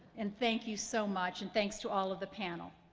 and thank you so much and thanks to all of the panel.